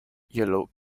yellow